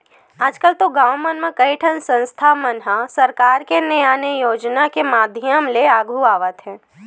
आजकल तो गाँव मन म कइठन संस्था मन ह सरकार के ने आने योजना के माधियम ले आघु आवत हे